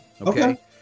okay